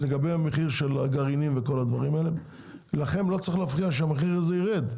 לגבי המחיר של הגרעינים לכם לא צריך להפריע שהמחיר הזה ירד,